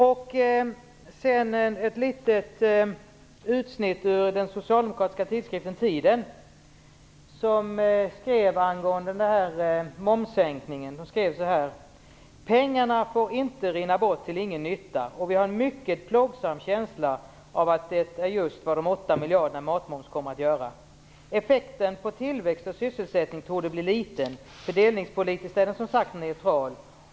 Jag har här ett litet utsnitt ur den socialdemokratiska tidskriften Tiden, där man skrev så här angående momssänkningen: "Pengarna får inte rinna bort till ingen nytta. Och vi har en mycket plågsam känsla av att det är just vad de 8 miljarderna i matmoms kommer att göra. Effekten på tillväxt och sysselsättning torde bli liten, fördelningspolitiskt är den som sagt neutral.